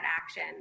action